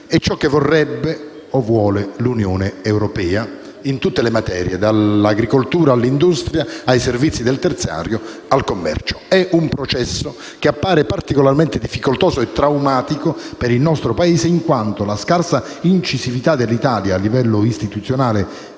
di ciò che vorrebbe - vuole - l'Unione europea, in tutte le materie, dall'agricoltura all'industria, ai servizi del terziario, al commercio. È un processo che appare particolarmente difficoltoso e traumatico per il nostro Paese, in quanto la scarsa incisività dell'Italia a livello istituzionale